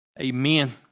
Amen